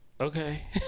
okay